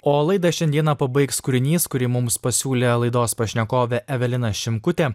o laidą šiandieną pabaigs kūrinys kurį mums pasiūlė laidos pašnekovė evelina šimkutė